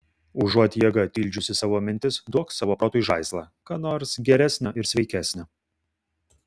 užuot jėga tildžiusi savo mintis duok savo protui žaislą ką nors geresnio ir sveikesnio